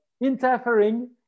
interfering